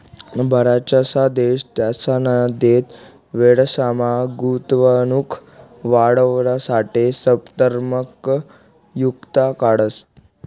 बराचसा देश त्यासना थेट विदेशमा गुंतवणूक वाढावासाठे स्पर्धात्मक युक्त्या काढतंस